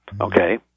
Okay